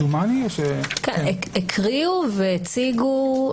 הקריאו והציגו.